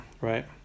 right